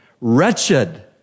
Wretched